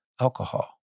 alcohol